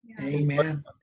Amen